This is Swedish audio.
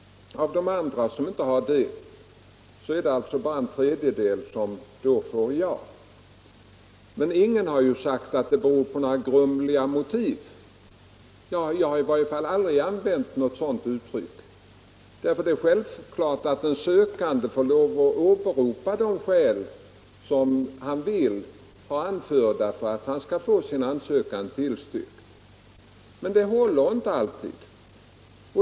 Av de andra, som inte har sådana skäl, är det bara en tredjedel som får ja. Men ingen har sagt att ansökan avslås på grund av att motiven är grumliga. Jag har i varje fall aldrig använt något sådant uttryck. Det är självklart att en sökande får åberopa de skäl som han vill ha anförda för att få sin ansökan tillstyrkt, men dessa håller inte alltid.